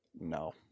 no